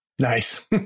Nice